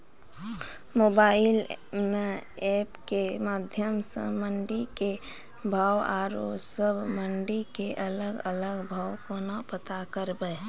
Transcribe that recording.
Mobile म app के माध्यम सऽ मंडी के भाव औरो सब मंडी के अलग अलग भाव केना पता करबै?